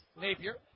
Napier